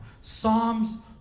Psalms